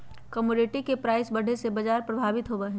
commodity के price बढ़े से बाजार प्रभावित होबा हई